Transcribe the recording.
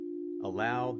Allow